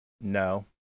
no